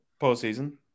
postseason